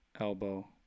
elbow